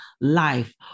life